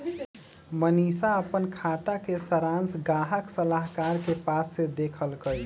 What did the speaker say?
मनीशा अप्पन खाता के सरांश गाहक सलाहकार के पास से देखलकई